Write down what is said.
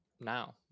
now